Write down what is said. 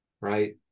right